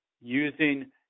Using